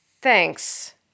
Thanks